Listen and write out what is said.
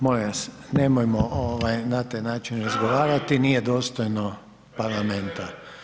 Molim vas, nemojmo na taj način razgovarati, nije dostojno parlamenta.